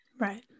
Right